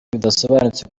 bidasobanutse